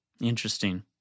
Interesting